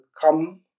come